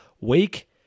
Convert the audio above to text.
Wake